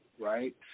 Right